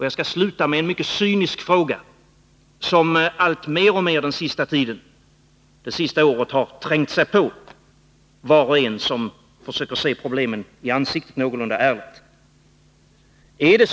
Jag skall avsluta med en mycket cynisk fråga, som den senaste tiden alltmer har trängt sig på var och en som försöker se problemen i ansiktet någorlunda ärligt.